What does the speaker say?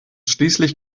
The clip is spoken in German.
schließlich